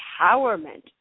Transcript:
empowerment